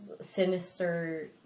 sinister